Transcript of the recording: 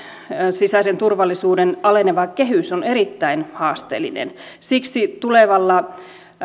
sisäisen turvallisuuden aleneva kehys on erittäin haasteellinen siksi tulevalla